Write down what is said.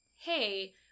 hey